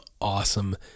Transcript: awesome